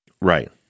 Right